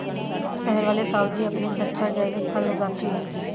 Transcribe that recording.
शहर वाले ताऊजी अपने छत पर जैविक फल उगाते हैं